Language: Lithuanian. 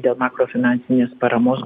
dėl makrofinansinės paramos